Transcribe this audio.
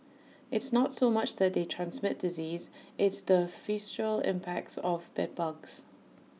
it's not so much that they transmit disease it's the impacts of bed bugs